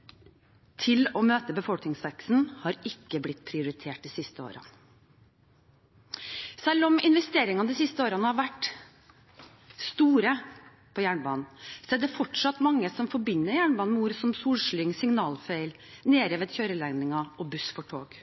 for å få vekstsentrene til å møte befolkningsveksten har ikke blitt prioritert de siste årene. Selv om investeringene de siste årene har vært store på jernbanen, er det fortsatt mange som forbinder jernbanen med ord som solslyng, signalfeil, nedrevne kjøreledninger og buss for tog.